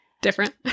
different